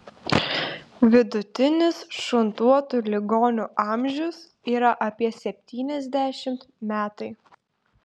vidutinis šuntuotų ligonių amžius yra apie septyniasdešimt metai